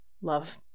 love